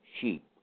sheep